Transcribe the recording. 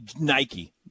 Nike